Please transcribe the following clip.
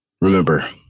Remember